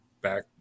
back